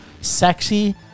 sexy